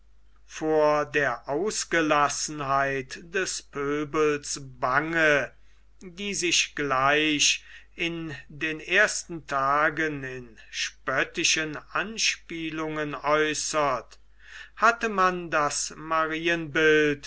vor der ausgelassenheit des pöbels bange die sich gleich in den ersten tagen in spöttischen anspielungen äußerte hatte man das marienbild